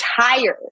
tired